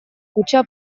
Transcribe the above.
kutxa